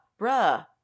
bruh